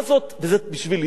בשבילי זו תועבה.